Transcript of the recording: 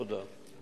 תודה.